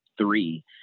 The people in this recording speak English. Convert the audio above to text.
three